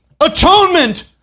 atonement